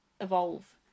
evolve